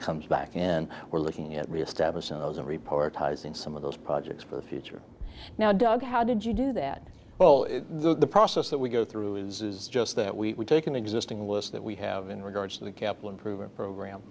comes back in we're looking at reestablishing those and report ties in some of those projects for the future now doug how did you do that well the process that we go through is just that we take an existing list that we have in regards to the capital improvement program